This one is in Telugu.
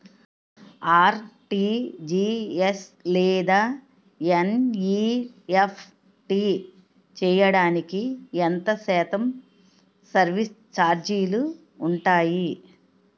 ఆర్.టి.జి.ఎస్ లేదా ఎన్.ఈ.ఎఫ్.టి చేయడానికి ఎంత శాతం సర్విస్ ఛార్జీలు ఉంటాయి?